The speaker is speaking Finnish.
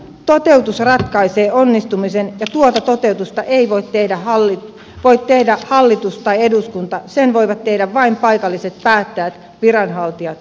toteutus ratkaisee onnistumisen ja tuota toteutusta ei voi tehdä hallitus tai eduskunta sen voivat tehdä vain paikalliset päättäjät viranhaltijat ja asukkaat